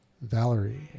Valerie